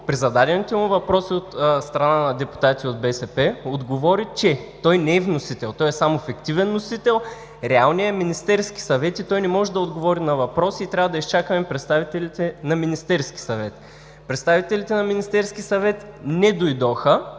при зададените му въпроси от страна на депутатите от БСП отговори, че той не е вносител, той е само фиктивен вносител – реалният е Министерският съвет, и той не може да отговори на въпросите и трябва да изчакаме представителите на Министерския съвет. Представителите на Министерския съвет не дойдоха